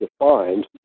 defined